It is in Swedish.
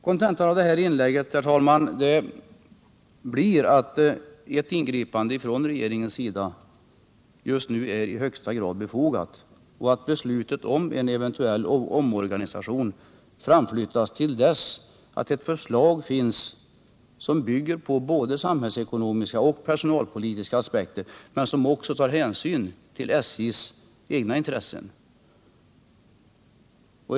Kontentan av det här inlägget, herr talman, blir att ett ingripande från regeringens sida just nu är i högsta grad befogat och att beslutet om en eventuell omorganisation bör framflyttas till dess ett förslag finns som tar upp både samhällsekonomiska och personalekonomiska aspekter - och som också tar hänsyn till SJ:s egna intressen.